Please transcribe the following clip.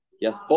Yes